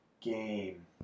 game